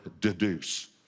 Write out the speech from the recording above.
deduce